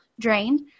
drained